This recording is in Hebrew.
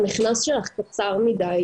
המכנס שלך קצר מדי,